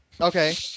Okay